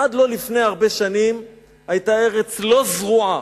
עד לא לפני הרבה שנים היתה ארץ לא זרועה.